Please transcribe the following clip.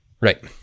Right